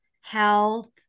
health